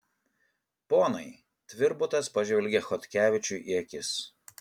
ponai tvirbutas pažvelgia chodkevičiui į akis